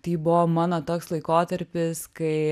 tai buvo mano toks laikotarpis kai